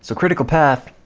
so critical path